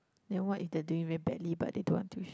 then what if they're doing very badly but they don't want tuition